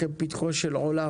יש לנו פתרון.